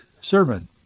sermon